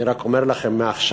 אני רק אומר לכם מעכשיו: